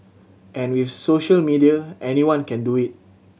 and with social media anyone can do it